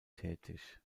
tätig